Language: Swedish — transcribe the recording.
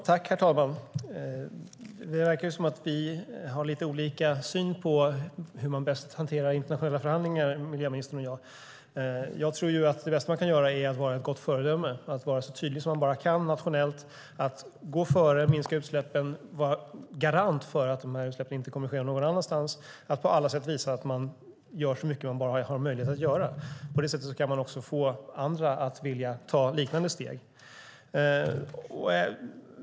Herr talman! Det verkar som att miljöministern och jag har lite olika syn på hur man bäst hanterar internationella förhandlingar. Jag tror att det bästa man kan göra är att vara ett gott föredöme, att vara så tydlig som man bara kan nationellt, att gå före och minska utsläppen, att vara en garant för att utsläppen inte kommer att ske någon annanstans och att på alla sätt visa att man gör så mycket som man bara har möjlighet att göra. På det sättet kan man också få andra att vilja ta liknande steg.